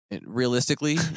realistically